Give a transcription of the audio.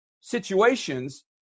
situations